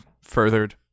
furthered